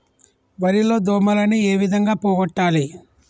వరి లో దోమలని ఏ విధంగా పోగొట్టాలి?